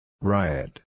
Riot